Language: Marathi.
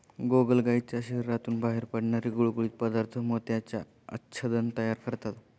गोगलगायीच्या शरीरातून बाहेर पडणारे गुळगुळीत पदार्थ मोत्याचे आच्छादन तयार करतात